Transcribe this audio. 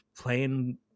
playing